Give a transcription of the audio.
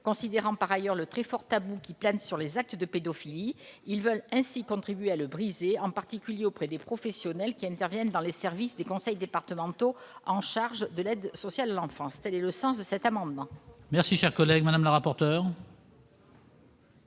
Considérant par ailleurs le très fort tabou qui plane sur les actes de pédophilie, ils veulent contribuer à le briser, en particulier auprès des professionnels qui interviennent dans les services des conseils départementaux en charge de l'aide sociale à l'enfance. Quel est l'avis de la commission